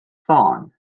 ffôn